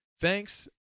Thanks